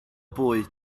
bwyd